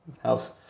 house